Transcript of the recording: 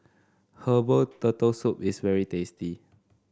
Herbal Turtle Soup is very tasty